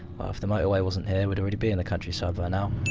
well, if the motorway wasn't here, we'd already be in the countryside by now.